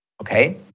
okay